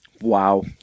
Wow